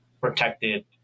protected